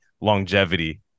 longevity